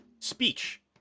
Speech